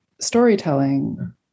storytelling